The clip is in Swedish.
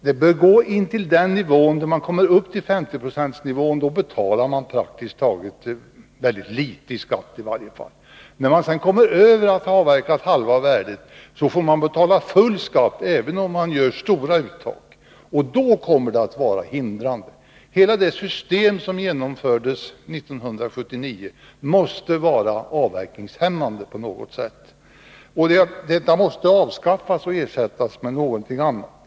Det bör gå till dess att man kommer upp till 50-procentsnivån — då betalar man väldigt litet i skatt. När man kommer över avverkning av halva värdet, så får man betala full skatt, även om man gör stora uttag. Då kommer det att vara hindrande. Hela det system som genomfördes 1979 måste vara avverkningshämmande på något sätt. Detta system måste avskaffas och ersättas med någonting annat.